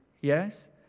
Yes